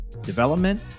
development